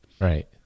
Right